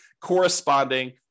corresponding